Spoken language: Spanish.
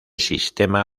sistema